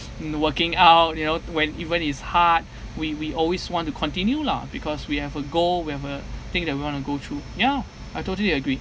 and the working out you know when even it's hard we we always want to continue lah because we have a goal we have a thing that we want to go through ya I totally agree